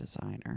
designer